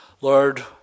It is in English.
Lord